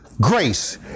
grace